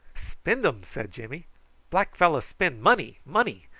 spend um, said jimmy black fellow spend money, money.